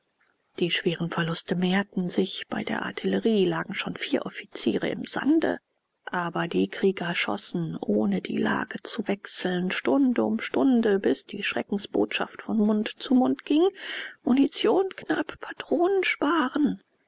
die schweren verluste mehrten sich bei der artillerie lagen schon vier offiziere im sande aber die krieger schossen ohne die lage zu wechseln stunde um stunde bis die schreckensbotschaft von mund zu mund ging munition knapp patronen sparen